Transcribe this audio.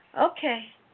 okay